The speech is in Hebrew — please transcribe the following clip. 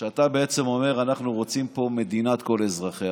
אתה בעצם אומר: אנחנו רוצים פה מדינת כל אזרחיה.